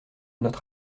notre